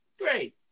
Great